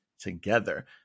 together